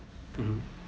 mmhmm